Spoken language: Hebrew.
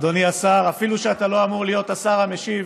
אדוני השר, אפילו שאתה לא אמור להיות השר המשיב,